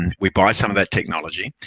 and we buy some of that technology.